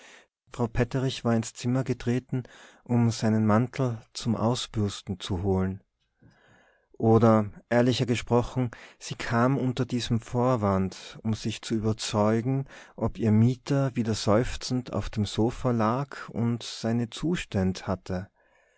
frau petterich war ins zimmer getreten um seinen mantel zum ausbürsten zu holen oder ehrlicher gesprochen sie kam unter diesem vorwand um sich zu überzeugen ob ihr mieter wieder seufzend auf dem sofa lag und seine zuständ hatte